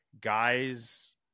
guys